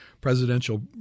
presidential